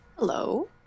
Hello